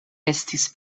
estis